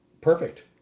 Perfect